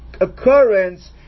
occurrence